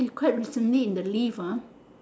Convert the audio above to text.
he cried it to me in the lift ah